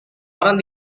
orang